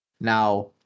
Now